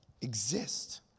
exist